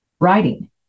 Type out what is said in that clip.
Writing